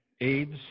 AIDS